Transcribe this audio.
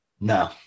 No